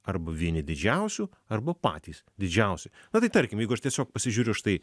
arba vieni didžiausių arba patys didžiausi na tai tarkim jeigu aš tiesiog pasižiūriu štai